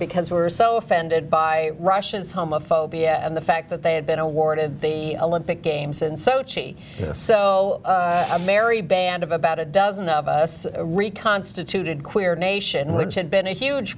because we were so offended by russians homophobia and the fact that they had been awarded the olympic games in sochi so a merry band of about a dozen of us reconstituted queer nation which had been a huge